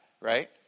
Right